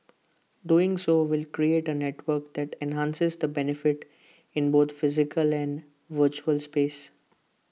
doing so will create A network that enhances the benefits in both physical and virtual space